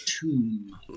tomb